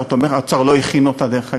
האוצר לא הכין אותה, דרך אגב,